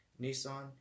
Nissan